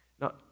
Now